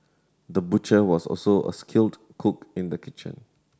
the butcher was also a skilled cook in the kitchen